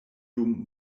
dum